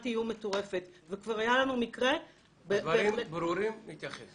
גם כשאתה מדבר על כך שלמישהו יש שיקול דעת,